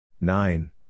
Nine